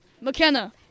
McKenna